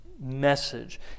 message